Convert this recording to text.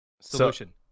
Solution